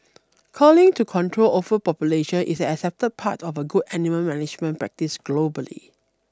culling to control overpopulation is an accepted part of good animal management practice globally